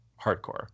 hardcore